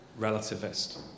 relativist